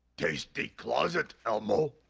tasty closet, elmo.